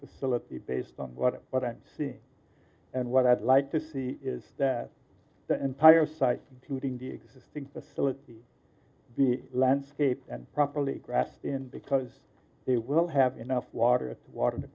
facility based on what what i see and what i'd like to see is that the entire site tooting the existing facility the landscape properly grass in because they will have enough water to water the